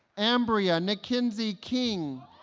ambria nikinzie king